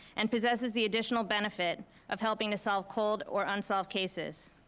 and possesses the additional benefit of helping to solve cold or unsolved cases.